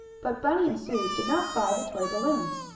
but bunny and sue did not buy the toy balloons.